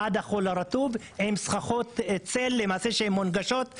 עד החול הרטוב עם סככות צל שלמעשה מונגשות,